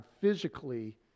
physically